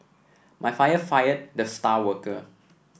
my father fired the star worker